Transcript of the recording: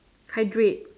hydrate